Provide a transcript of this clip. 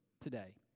today